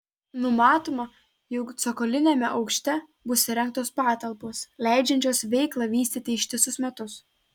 numatoma jog cokoliniame aukšte bus įrengtos patalpos leidžiančios veiklą vystyti ištisus metus